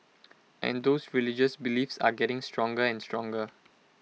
and those religious beliefs are getting stronger and stronger